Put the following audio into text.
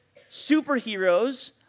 superheroes